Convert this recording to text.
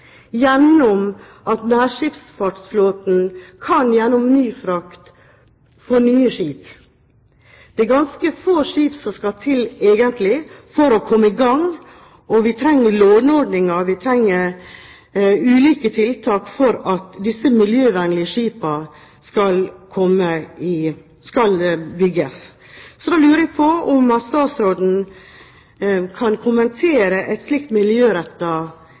gjennom Innovasjon Norge f.eks., komme med en tiltakspakke for å få frakt fra land til sjø ved at nærskipsfartsflåten gjennom NyFrakt får nye skip? Det er ganske få skip som skal til, egentlig, for å komme i gang, og vi trenger låneordninger og ulike tiltak for at disse miljøvennlige skipene skal kunne bygges. Kan statsråden kommentere